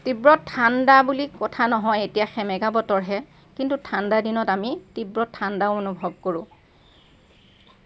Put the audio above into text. তীব্ৰ ঠাণ্ডা বুলি কথা নহয় এতিয়া সেমেকা বতৰহে কিন্তু ঠাণ্ডা দিনত আমি তীব্ৰ ঠাণ্ডাও অনুভৱ কৰোঁ